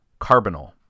carbonyl